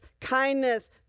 kindness